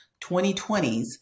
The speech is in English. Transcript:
2020s